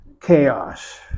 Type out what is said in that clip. chaos